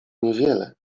niewiele